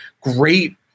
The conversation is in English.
great